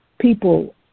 people